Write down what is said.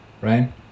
right